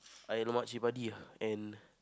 air lemak chilli-padi uh and